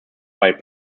white